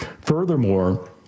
Furthermore